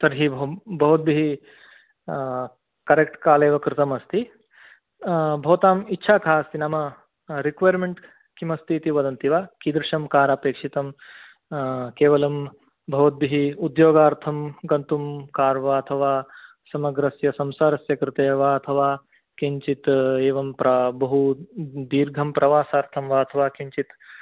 तर्हि अहं भवत्भिः करेक्ट् काल् एव कृतं अस्ति भवतां इच्छा का अस्ति नाम रेकोयर्मेण्ट् किं अस्ति इति वदन्ति वा कीदृशं कार् अपेक्षितं केवलं भवद्भिः उद्योगार्थंं गन्तुं कार् वा अथवा समग्रस्य संसारस्य कृते वा अथवा किञ्चित् एवं प्रा बहु दीर्घं प्रवासार्थं वा अथवा किञ्चित्